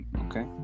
okay